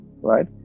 right